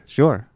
sure